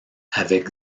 avec